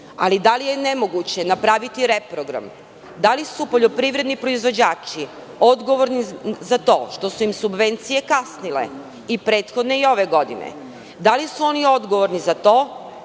ali - da li je nemoguće napraviti reprogram? Da li su poljoprivredni proizvođači odgovorni za to što su im subvencije kasnile i prethodne i ove godine? Da li su oni odgovorni za to